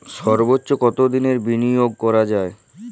সর্বোচ্চ কতোদিনের বিনিয়োগ করা যায়?